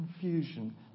confusion